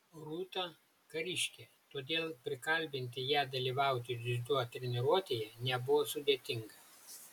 rūta kariškė todėl prikalbinti ją dalyvauti dziudo treniruotėje nebuvo sudėtinga